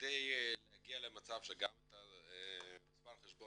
כדי להגיע למצב שגם את מספר החשבון